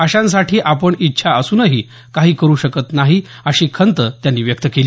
अशांसाठी आपण इच्छा असूनही काही करू शकत नाही अशी खंत त्यांनी व्यक्त केली